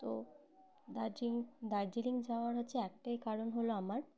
তো দার্জিলিং দার্জিলিং যাওয়ার হচ্ছে একটাই কারণ হলো আমার